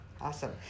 Awesome